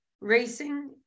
racing